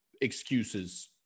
excuses